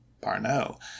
parnell